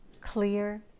clear